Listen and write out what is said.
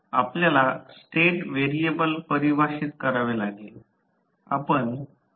आपल्याला state variable परिभाषित करावे लागेल